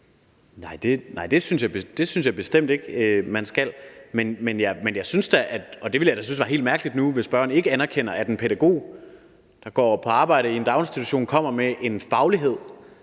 Nej, det synes jeg bestemt ikke at man skal. Men jeg synes da – og det ville jeg da synes var helt mærkeligt nu hvis spørgeren ikke anerkender – at en pædagog, der går på arbejde i en daginstitution, kommer med en faglighed